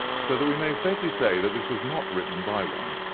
so that we may safely say that this was not written by one,